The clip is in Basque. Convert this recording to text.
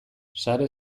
sare